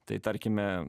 tai tarkime